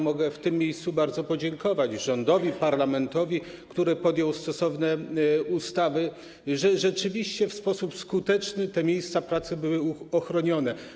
Mogę w tym miejscu bardzo podziękować rządowi, parlamentowi, który podjął stosowne ustawy, za to, że rzeczywiście w sposób skuteczny te miejsca pracy zostały ochronione.